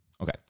Okay